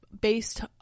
based